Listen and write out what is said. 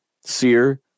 Sear